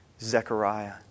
Zechariah